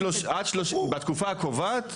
בתקופה הקובעת?